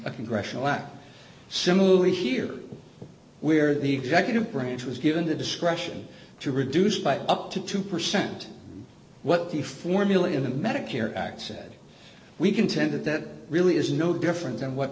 a congressional act similarly here where the executive branch was given the discretion to reduce by up to two percent what the formula in the medicare act said we contend that that really is no different than what